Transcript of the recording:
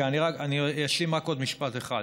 אני אשלים רק עוד משפט אחד.